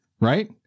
right